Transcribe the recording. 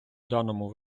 даному